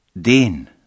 Den